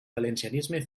valencianisme